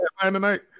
tonight